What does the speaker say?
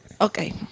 Okay